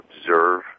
observe